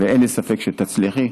אין לי ספק שתצליחי.